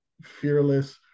fearless